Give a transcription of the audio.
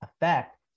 effect